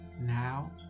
Now